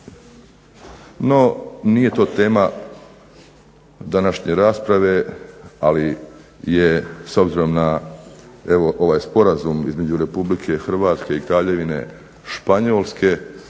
No, nije to tema današnje rasprave ali je s obzirom na ovaj sporazum između RH i Kraljevine Španjolske